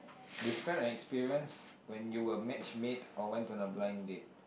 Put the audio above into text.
describe an experience when you were match make or went to a blind date